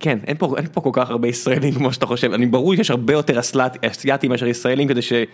כן אין פה אין פה כל כך הרבה ישראלים כמו שאתה חושב אני ברור שיש הרבה יותר אסלאטי אסייתים מאשר ישראלים כדי שזה